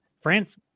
France